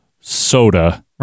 soda